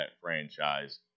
franchise